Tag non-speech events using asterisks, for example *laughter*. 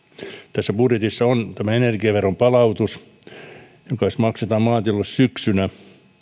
tässä budjetissa on tämä energiaveron palautus *unintelligible* joka maksetaan maatiloille syksyllä